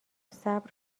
صبر